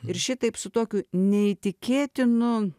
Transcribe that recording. ir šitaip su tokiu neįtikėtinu